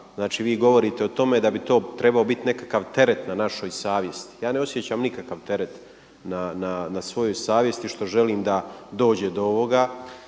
Znači vi govorite o tome da bi to trebao biti nekakav teret na našoj savjesti. Ja ne osjećam nikakav teret na svojoj savjesti što želim da dođe do ovoga.